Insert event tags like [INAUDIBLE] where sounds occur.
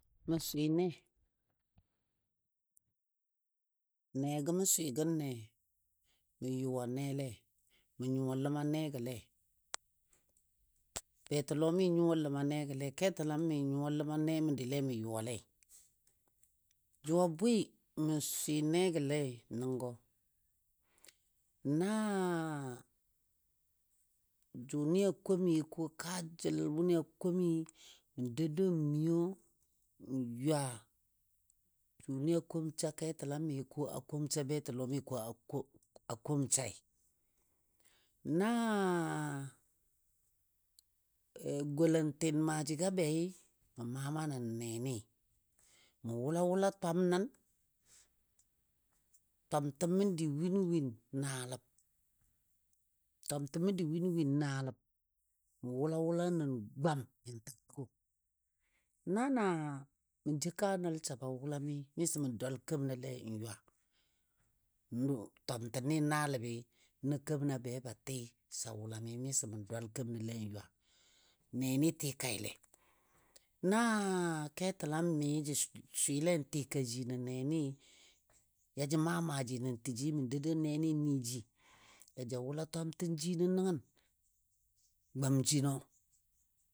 Mou swɨ ne, negɔ mə swɨ gəne mə yʊwa nele, mə nyuwa ləmanegɔle. Betɔlomi nyuwa ləmane ketəlam məndile mə yʊwale. Jʊ a bwɨ mə swɨ negɔlei nəngɔ na [HESITATION] jʊnɨ a komi ko kaal jəl wʊnɨ a komi mən dou dou n miyo n wa jʊnɨ a konsa ketəlami ko a komsa betolɔmi ko [HESITATION] a komsai. Na gɔlantin maagɔ bei, mə maa maa nən nenɨ mə wʊla wʊla twam nən, twamtə məndi win win naalab twamtə məndi win win naaləb mə wʊla wʊla nən gwam yan təg təgɔ. Na na mə jou kaa nəl sə ba wʊlami, mis omən dwal kemənɔle n ywa. Twamtənɨ naaləbɨ, nə keməna be ba tɨ sa wʊlami miso mə dwal kemənɨle n ywa, nenɨ tikaile. Na ketəlami jə swɨle n tika ji nən nenɨ, ya jə maa maaji nən təji mə, dou dou nenɨ n nɨji ya ja wʊla twantin jino nəngən gwam jino.